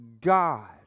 God